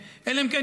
אלא אם כן,